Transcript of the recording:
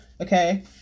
okay